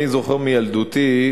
אני זוכר מילדותי,